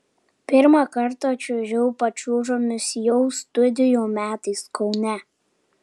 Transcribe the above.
pirmą kartą čiuožiau pačiūžomis jau studijų metais kaune